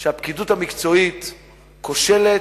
שהפקידות המקצועית כושלת,